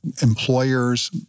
employers